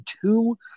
two